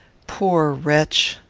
poor wretch!